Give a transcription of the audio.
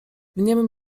niemym